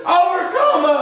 overcome